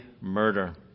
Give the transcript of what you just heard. murder